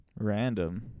Random